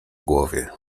głowie